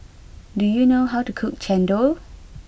do you know how to cook Chendol